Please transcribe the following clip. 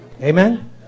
Amen